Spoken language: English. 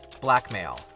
Blackmail